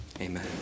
Amen